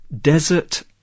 Desert